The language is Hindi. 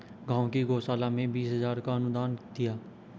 गांव की गौशाला में बीस हजार का अनुदान दिया